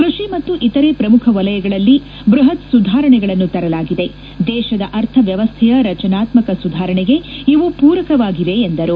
ಕೃಷಿ ಮತ್ತು ಇತರೆ ಪ್ರಮುಖ ವಲಯಗಳಲ್ಲಿ ಬ್ರಪತ್ ಸುಧಾರಣೆಗಳನ್ನು ತರಲಾಗಿದೆ ದೇಶದ ಆರ್ಥವ್ಯವಸ್ತೆಯ ರಚನಾತ್ಮಕ ಸುಧಾರಣೆಗೆ ಇವು ಪೂರಕವಾಗಿವೆ ಎಂದರು